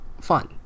fun